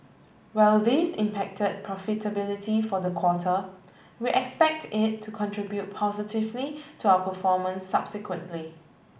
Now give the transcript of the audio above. while this impacted profitability for the quarter we expect it to contribute positively to our performance subsequently